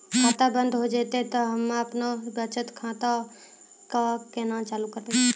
खाता बंद हो जैतै तऽ हम्मे आपनौ बचत खाता कऽ केना चालू करवै?